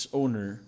owner